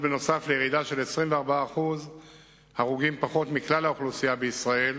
נוסף על ירידה של 24% הרוגים בכלל האוכלוסייה בישראל